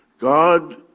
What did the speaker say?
God